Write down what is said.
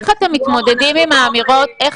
איך אתם מתמודדים עם האמירות --- רגע,